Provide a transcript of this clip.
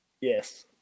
Yes